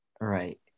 Right